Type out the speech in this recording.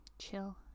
chill